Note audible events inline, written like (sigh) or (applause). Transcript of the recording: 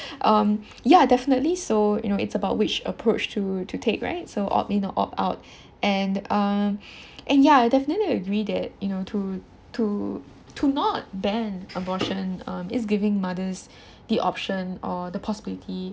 um ya definitely so you know it's about about which approach to to take right so opt in or opt out (breath) and um (breath) and ya I definitely agree that you know to to to not ban abortion um is giving mother's (breath) the option or the possibility